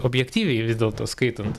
objektyviai vis dėlto skaitant